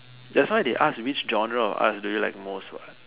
that's why they ask which genre of arts do you like most what